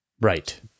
Right